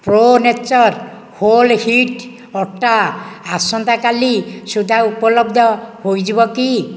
pro Nature whole wheat ଅଟା ଆସନ୍ତାକାଲି ସୁଦ୍ଧା ଉପଲବ୍ଧ ହୋଇଯିବ କି